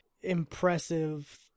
impressive